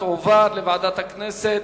ותועבר לוועדת הכנסת.